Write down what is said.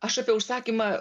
aš apie užsakymą